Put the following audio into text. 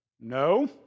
No